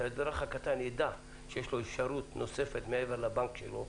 שהאזרח הקטן ידע שיש לו אפשרות נוספת מעבר לבנק שלו,